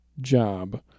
job